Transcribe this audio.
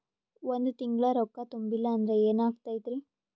ಒಂದ ತಿಂಗಳ ರೊಕ್ಕ ತುಂಬಿಲ್ಲ ಅಂದ್ರ ಎನಾಗತೈತ್ರಿ?